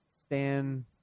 Stan